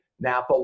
Napa